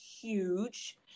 huge